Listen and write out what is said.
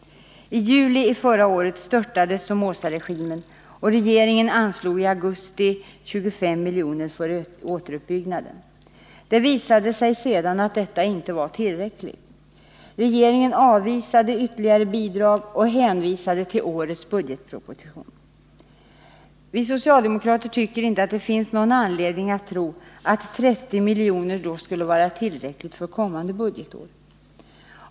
I juli förra året störtades Somozaregimen, och den svenska regeringen anslog i augusti 25 miljoner till återuppbyggnaden. Det visade sig sedan att detta inte var tillräckligt. Regeringen avvisade ytterligare bidrag och hänvisade till årets budgetproposition. Vi socialdemokrater tycker inte att det finns någon anledning att tro att 30 miljoner skulle vara tillräckligt för det kommande budgetåret.